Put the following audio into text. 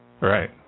Right